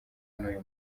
n’uyu